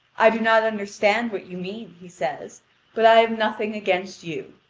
i do not understand what you mean, he says but i have nothing against you.